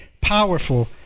powerful